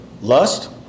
Lust